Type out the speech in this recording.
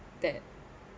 that